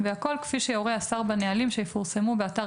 והכול כפי שיורה השר בנהלים שיפורסמו באתר